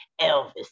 Elvis